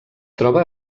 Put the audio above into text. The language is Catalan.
troba